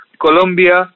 Colombia